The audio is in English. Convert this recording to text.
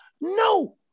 No